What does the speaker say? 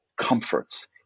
comforts